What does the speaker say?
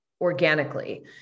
organically